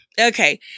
Okay